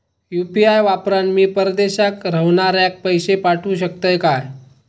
UPI वापरान मी परदेशाक रव्हनाऱ्याक पैशे पाठवु शकतय काय?